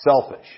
selfish